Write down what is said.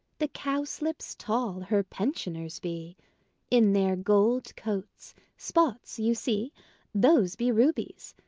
the cowslips tall her pensioners be in their gold coats spots you see those be rubies,